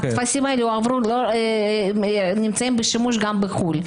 הטפסים האלה נמצאים בשימוש גם בחו"ל,